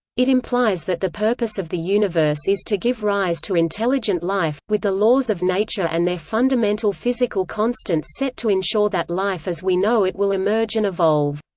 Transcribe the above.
it implies that the purpose of the universe is to give rise to intelligent life, with the laws of nature and their fundamental physical constants set to ensure that life as we know it will emerge and evolve.